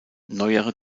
neuere